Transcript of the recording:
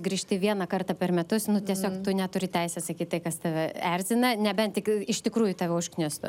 grįžti vieną kartą per metus tiesiog neturi teisės sakyt tai kas tave erzina nebent tik iš tikrųjų tave užknistų